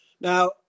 Now